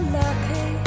lucky